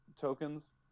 tokens